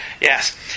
Yes